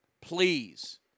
Please